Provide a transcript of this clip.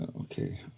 Okay